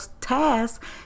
tasks